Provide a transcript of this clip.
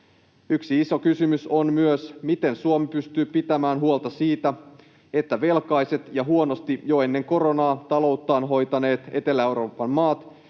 Yksi iso kysymys on myös se, miten Suomi pystyy pitämään huolta siitä, että velkaiset ja huonosti jo ennen koronaa talouttaan hoitaneet Etelä-Euroopan maat